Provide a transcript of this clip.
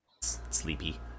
Sleepy